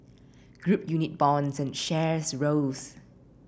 group unit bonds and shares rose